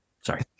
Sorry